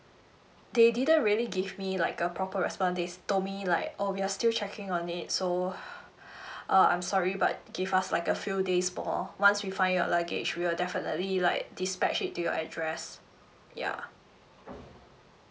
they didn't really give me like a proper response they told me like oh we are still checking on it so uh I'm sorry but give us like a few days bo~ once we find your luggage we will definitely like dispatch it to your address ya